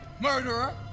Murderer